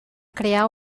crear